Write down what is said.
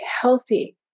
healthy